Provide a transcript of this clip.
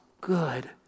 good